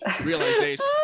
realization